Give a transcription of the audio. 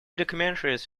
documentaries